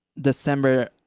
December